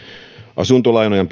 asuntolainoissa